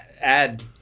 add